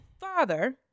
father